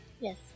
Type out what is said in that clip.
Yes